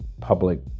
Public